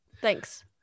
Thanks